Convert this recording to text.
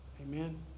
Amen